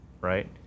right